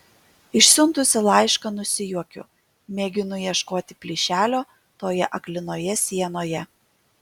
išsiuntusi laišką nusijuokiu mėginu ieškoti plyšelio toje aklinoje sienoje